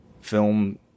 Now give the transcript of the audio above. film